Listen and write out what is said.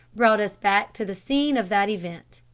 brought us back to the scene of that event.